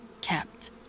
kept